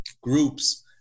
groups